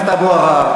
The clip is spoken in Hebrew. חבר הכנסת אבו עראר,